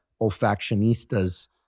olfactionistas